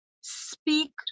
speak